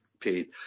paid